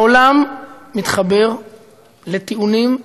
העולם מתחבר לטיעונים,